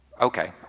Okay